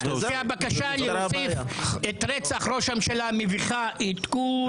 האמת היא שאני יודע שהבקשה להוסיף את רצח ראש הממשלה מביכה את כולכם.